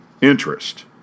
interest